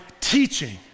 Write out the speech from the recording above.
teaching